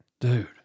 Dude